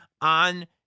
on